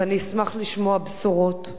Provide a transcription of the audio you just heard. ואני אשמח לשמוע בשורות.